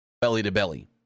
belly-to-belly